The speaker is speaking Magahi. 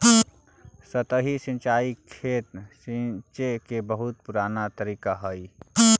सतही सिंचाई खेत सींचे के बहुत पुराना तरीका हइ